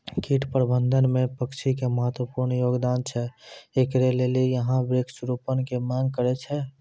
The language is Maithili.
कीट प्रबंधन मे पक्षी के महत्वपूर्ण योगदान छैय, इकरे लेली यहाँ वृक्ष रोपण के मांग करेय छैय?